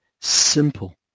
simple